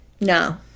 No